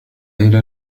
إلى